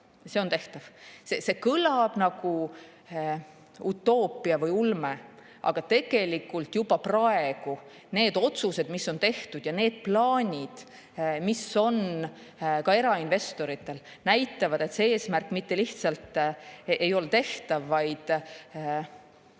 see on tehtav. See kõlab nagu utoopia või ulme, aga tegelikult juba praegu need otsused, mis on tehtud, ja need plaanid, mis on ka erainvestoritel, näitavad, et see eesmärk mitte lihtsalt ei ole [saavutatav],